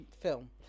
film